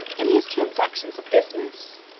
in his transactions of business,